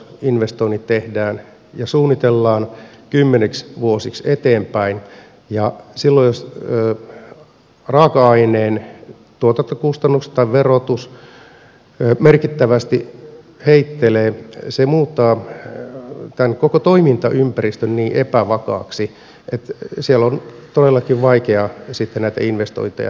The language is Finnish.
laiteinvestoinnit tuotantolaitosinvestoinnit tehdään ja suunnitellaan kymmeniksi vuosiksi eteenpäin ja silloin jos raaka aineen tuotantokustannukset tai verotus merkittävästi heittelevät se muuttaa tämän koko toimintaympäristön niin epävakaaksi että siellä on todellakin vaikea sitten näitä investointeja tehdä